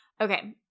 Okay